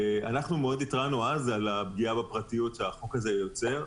התרענו אז על הפגיעה בפרטיות שהחוק הזה יוצר.